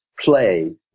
play